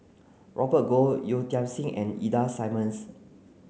Robert Goh Yeo Tiam Siew and Ida Simmons